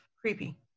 creepy